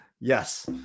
Yes